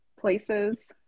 places